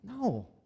No